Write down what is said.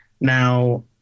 now